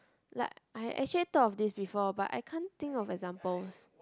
like I actually thought of this before but I can't think of examples